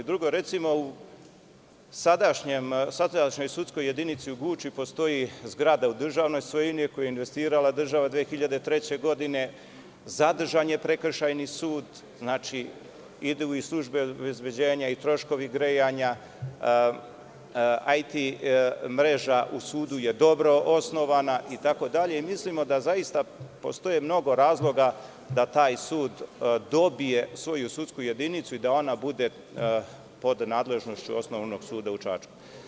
Drugo, u sadašnjoj sudskoj jedinici u Guči postoji zgrada u državnoj svojini u koju je država investirala 2003. godine, zadržan je Prekršajni sud, službe obezbeđenja, troškovi grejanja, IT mreža u sudu je dobro osnovana i mi mislimo da zaista postoji mnogo razloga da taj sud dobije svoju sudsku jedinicu i da ona bude pod nadležnošću Osnovnog suda u Čačku.